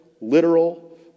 literal